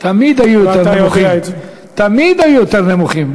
תמיד היו יותר נמוכים.